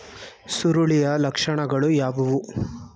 ಸುರುಳಿಯ ಲಕ್ಷಣಗಳು ಯಾವುವು?